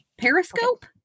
Periscope